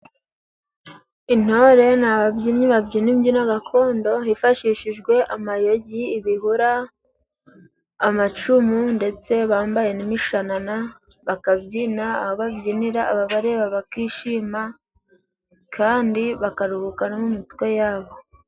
Intore ni ababyinnyi babyina imbyino gakondo hifashishijwe amayogi, ibihura, amacumu ndetse bambaye n'imishanana bakabyina, aho babyinira ababareba bakishima, kandi bakaruhuka no mu mitwe yabo.